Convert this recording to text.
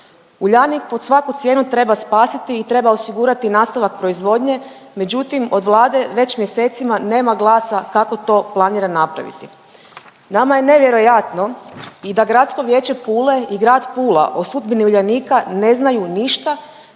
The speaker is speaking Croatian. Uljanik pod svaku cijenu treba spasiti i treba osigurati nastavak proizvodnje, međutim od Vlade već mjesecima nema glasa kako to planira napraviti. Nama je nevjerojatno i da Gradsko vijeće Pule i grad Pula o sudbini Uljanika ne znaju ništa